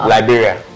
Liberia